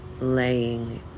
laying